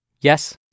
Yes